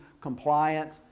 compliant